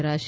ધરાશે